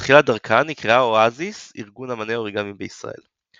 בתחילת דרכה נקראה "אואזיס – ארגון אמני האוריגמי בישראל".